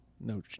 no